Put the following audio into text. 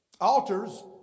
Altars